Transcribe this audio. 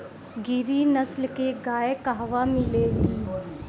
गिरी नस्ल के गाय कहवा मिले लि?